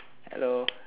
hello